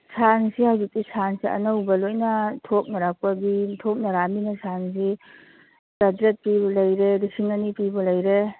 ꯁꯥꯜꯁꯦ ꯍꯧꯖꯤꯛꯇꯤ ꯁꯥꯜꯁꯦ ꯑꯅꯧꯕ ꯂꯣꯏꯅ ꯊꯣꯛꯅꯔꯛꯄꯒꯤ ꯊꯣꯛꯅꯔꯛꯑꯃꯤꯅ ꯁꯥꯜꯁꯤ ꯆꯥꯇ꯭ꯔꯦꯠ ꯄꯤꯕ ꯂꯩꯔꯦ ꯂꯤꯁꯤꯡ ꯑꯅꯤ ꯄꯤꯕ ꯂꯩꯔꯦ